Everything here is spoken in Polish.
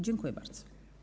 Dziękuję bardzo.